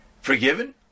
forgiven